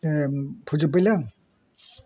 ए फोजोब्बायलै आं